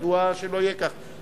מדוע שלא יהיה כך?